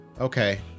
Okay